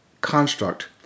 construct